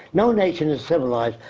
no nation is civilized.